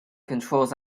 controls